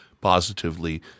positively